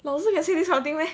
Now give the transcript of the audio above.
老师 can say this kind of thing meh